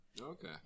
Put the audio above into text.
okay